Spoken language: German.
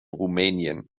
rumänien